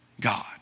God